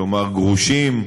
כלומר גרושים,